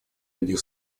других